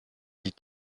des